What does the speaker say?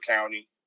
County